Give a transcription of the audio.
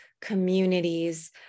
communities